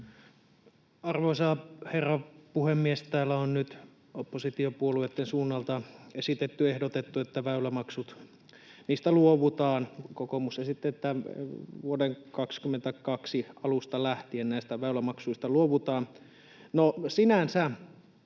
Arvoisa herra puhemies! Täällä on nyt oppositiopuolueitten suunnalta esitetty, ehdotettu, että väylämaksuista luovutaan. Kokoomus esitti, että vuoden 22 alusta lähtien näistä väylämaksuista luovutaan. Sinänsä